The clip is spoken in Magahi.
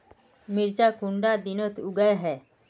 मिर्चान कुंडा दिनोत उगैहे?